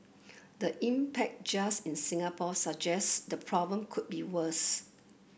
the impact just in Singapore suggests the problem could be worse